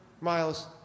miles